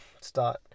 start